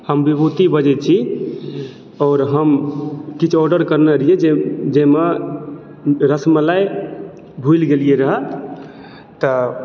हम विभूति बजय छी आओर हम किछु ऑर्डर करने रहिए जाहिमे रसमलाइ भूलि गेलिए रहऽ तऽ